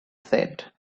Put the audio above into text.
said